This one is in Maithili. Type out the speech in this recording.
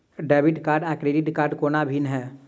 डेबिट कार्ड आ क्रेडिट कोना भिन्न है?